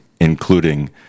including